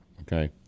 Okay